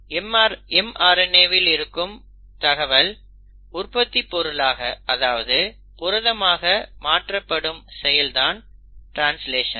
mRNA வில் இருக்கும் தகவல் உற்பத்திப் பொருளாக அதாவது புரதமாக மாற்றப்படும் செயல்தான் ட்ரான்ஸ்லேஷன்